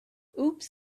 oops